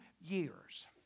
years